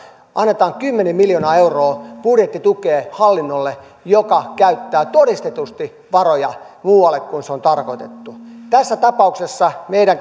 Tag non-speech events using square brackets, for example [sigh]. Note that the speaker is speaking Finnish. annamme kymmenen miljoonaa euroa budjettitukea hallinnolle joka käyttää todistetusti varoja muualle kuin on tarkoitettu tässä tapauksessa meidän [unintelligible]